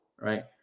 Right